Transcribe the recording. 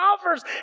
offers